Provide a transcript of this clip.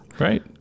Right